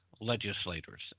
legislators